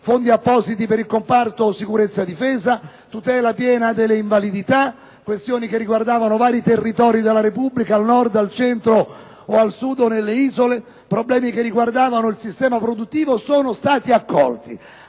(fondi appositi per il comparto sicurezza-difesa, tutela piena delle invalidità, problematiche riguardanti vari territori della Repubblica al Nord, al Centro, al Sud e nelle isole, problemi concernenti il sistema produttivo) sono state accolte;